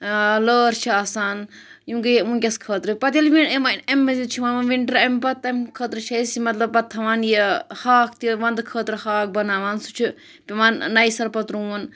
لٲر چھِ آسان یِم گٔے وٕنکٮ۪س خٲطرٕ پَتہٕ ییٚلہِ وۄنۍ امہِ وۄنۍ امہِ مٔزیٖد چھِ یِوان وِنٹَر اَمہِ پَتہٕ تَمہِ خٲطرٕ چھِ أسۍ یہِ مطلب پَتہٕ تھاوان یہِ ہاکھ تہِ وَندٕ خٲطرٕ ہاکھ بَناوان سُہ چھِ پٮ۪وان نَیہِ سَر پَتہٕ رُوُن